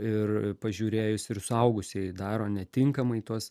ir pažiūrėjus ir suaugusieji daro netinkamai tuos